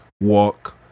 walk